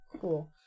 Cool